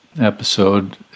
episode